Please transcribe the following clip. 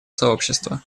сообщества